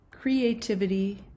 creativity